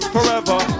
Forever